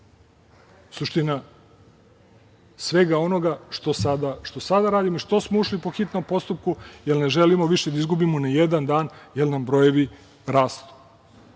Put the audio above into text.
suština svega onoga što sada radimo, što smo ušli po hitnom postupku, jer ne želimo više da izgubimo nijedan dan jer nam brojevi rastu,